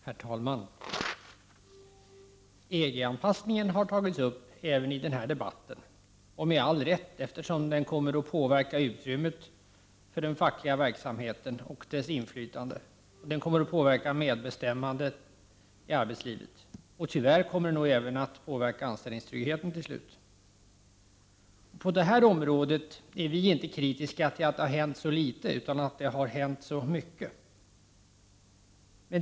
Herr talman! EG-anpassningen har tagits upp även i denna debatt, med all rätt, eftersom den kommer att påverka utrymmet för den fackliga verksamheten och dess inflytande. EG-anpassningen kommer att påverka medbestämmandet i arbetslivet och tyvärr även till slut anställningstryggheten. Vi är inte kritiska till att det har hänt så litet på detta område, utan till att det har hänt så mycket.